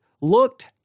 looked